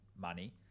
money